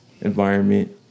environment